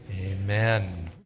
amen